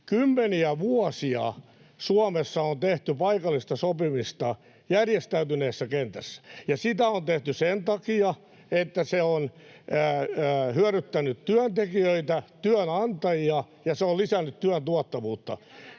kymmeniä vuosia Suomessa on tehty paikallista sopimista järjestäytyneessä kentässä, ja sitä on tehty sen takia, että se on hyödyttänyt työntekijöitä ja [Antti Lindtmanin välihuuto] työnantajia ja se on lisännyt työn tuottavuutta.